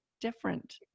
different